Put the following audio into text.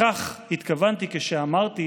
לכך התכוונתי כשאמרתי: